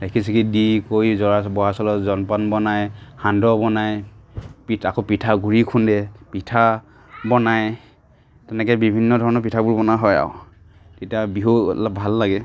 ঢেঁকী চেকী দি কৰি জৰা বৰা চাউলৰ জলপান বনায় সান্দহ বনায় পি আকৌ পিঠাগুৰি খুন্দে পিঠা বনায় তেনেকে বিভিন্ন ধৰণৰ পিঠাবোৰ বনোৱা হয় আৰু তেতিয়া বিহু অলপ ভাল লাগে